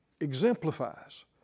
exemplifies